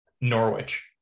Norwich